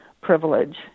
privilege